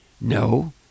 No